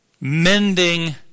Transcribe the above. mending